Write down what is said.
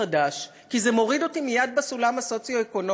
חדש, כי זה מוריד אותי מייד בסולם הסוציו-אקונומי.